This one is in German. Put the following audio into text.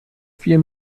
vier